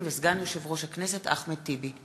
ושל סגן יושב-ראש הכנסת אחמד טיבי.